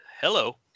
hello